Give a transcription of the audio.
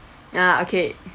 ah okay